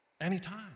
Anytime